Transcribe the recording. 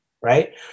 right